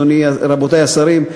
רבותי השרים,